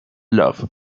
love